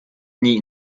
nie